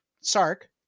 Sark